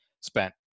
spent